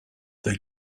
they